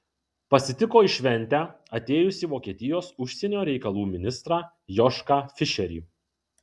pasitiko į šventę atėjusį vokietijos užsienio reikalų ministrą jošką fišerį